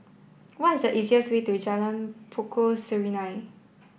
what is the easiest way to Jalan Pokok Serunai